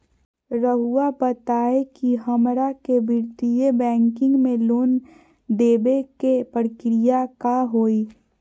रहुआ बताएं कि हमरा के वित्तीय बैंकिंग में लोन दे बे के प्रक्रिया का होई?